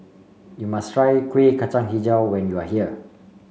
you must try Kuih Kacang hijau when you are here